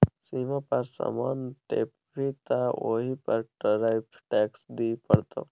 सीमा पर समान टपेभी तँ ओहि पर टैरिफ टैक्स दिअ पड़तौ